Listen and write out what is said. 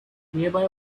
nearby